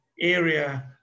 area